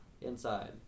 inside